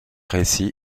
récit